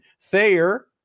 Thayer